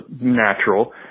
natural